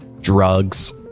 drugs